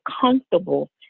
comfortable